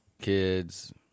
kids